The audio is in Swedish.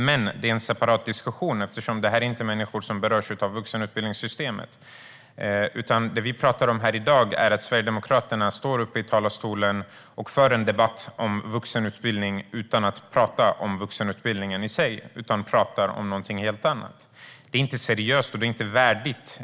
Men det är en separat diskussion eftersom de inte berörs av vuxenutbildningssystemet. Det vi talar om här i dag är att Sverigedemokraterna står uppe i talarstolen och för en debatt om vuxenutbildning utan att tala om vuxenutbildningen i sig. Man talar om någonting helt annat. Det är inte seriöst och det är inte värdigt.